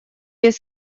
без